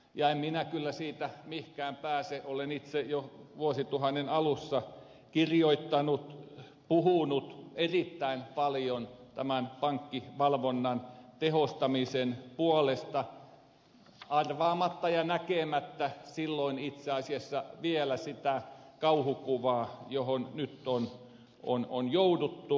en minä kyllä siitä mihinkään pääse olen itse jo vuosituhannen alussa kirjoittanut ja puhunut erittäin paljon tämän pankkivalvonnan tehostamisen puolesta arvaamatta ja näkemättä silloin itse asiassa vielä tätä kauhukuvaa sitä mihin nyt on jouduttu